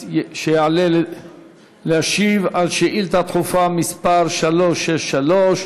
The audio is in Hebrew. שיעלה להשיב על שאילתה דחופה מס' 363,